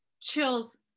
chills